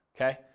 okay